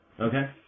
Okay